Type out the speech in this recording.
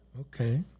Okay